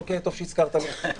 טוב שהזכרת לי.